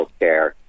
healthcare